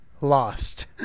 lost